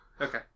Okay